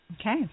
Okay